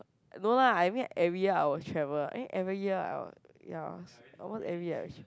no lah I mean every year I will travel eh every year I will ya almost every year I travel